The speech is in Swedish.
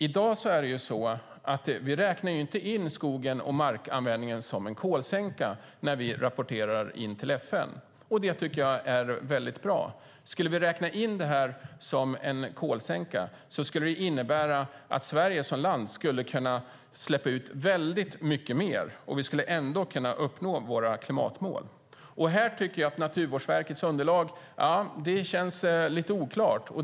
I dag räknar vi inte in skogen och markanvändningen som en kolsänka när vi rapporterar in till FN. Det tycker jag är bra. Om vi skulle räkna in detta som en kolsänka skulle det innebära att Sverige som land skulle kunna släppa ut väldigt mycket mer, och vi skulle ändå kunna uppnå våra klimatmål. Här tycker jag att Naturvårdsverkets underlag känns lite oklart.